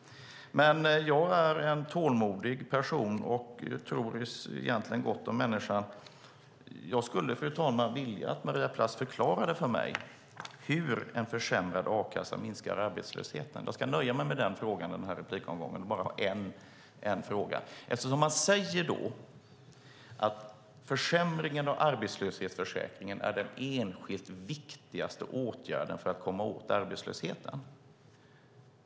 Men jag är en tålmodig person och tror egentligen gott om människan. Jag skulle, fru talman, vilja att Maria Plass förklarade för mig hur en försämrad a-kassa minskar arbetslösheten. Jag ska nöja mig med den enda frågan den här replikomgången. Ni säger att försämringen av arbetslöshetsförsäkringen är den enskilt viktigaste åtgärden för att komma åt arbetslösheten.